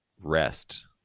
rest